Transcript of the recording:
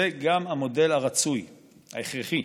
זה גם המודל הרצוי ההכרחי.